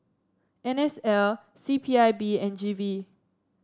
N S L C P I B and G V